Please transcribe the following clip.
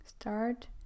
Start